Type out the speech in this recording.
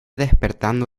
despertando